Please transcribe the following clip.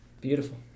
Beautiful